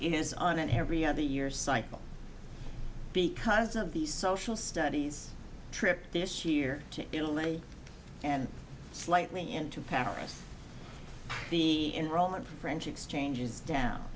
is on an every other year cycle because of these social studies trip this year to italy and slightly into paris the roman french exchange is down